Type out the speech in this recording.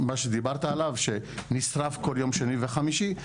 מה שדיברת עליו, שנשרף כל יום שני וחמישי.